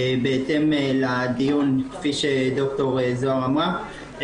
בהתאם לדיון כפי שד"ר זהר אמרה,